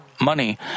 money